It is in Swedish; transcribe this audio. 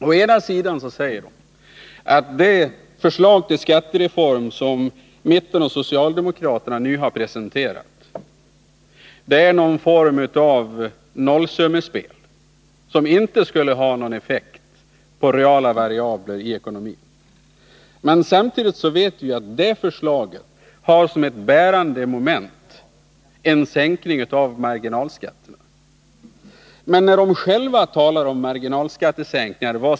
Å ena sidan säger de att det förslag till skattereform som mittenpartierna och socialdemokraterna nu har presenterat är en form av nollsummespel, som inte skulle ha någon effekt på reala variabler i ekonomin. Vi vet å andra sidan att det förslaget som ett bärande moment har en sänkning av marginalskatterna. Vad säger då moderaterna när de själva talar om marginalskattesänkningar?